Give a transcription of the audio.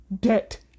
debt